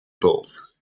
polls